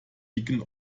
dicken